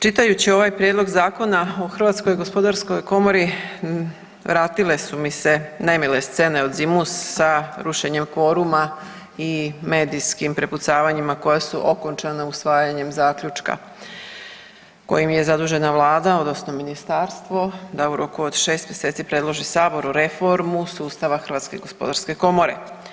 Čitajući ovaj Prijedlog zakona o Hrvatskoj gospodarskoj komori vratile su mi se nemile scene od zimus sa rušenjem kvoruma i medijskim prepucavanjima koja su okončana usvajanjem zaključka, kojim je zadužena Vlada odnosno Ministarstvo da u roku od 6 mjeseci predloži Saboru reformu sustava Hrvatske gospodarske komore.